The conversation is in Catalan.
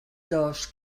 dos